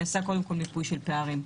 נעשה קודם כל מיפוי של פערים,